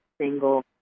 single